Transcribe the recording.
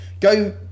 Go